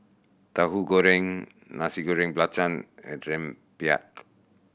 Tauhu Goreng Nasi Goreng Belacan and rempeyek